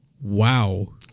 Wow